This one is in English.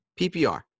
PPR